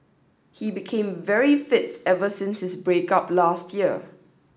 he became very fit ever since his break up last year